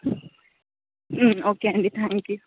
okay అండి thank you